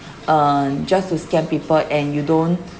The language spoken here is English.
on just to scam people and you don't